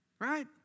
right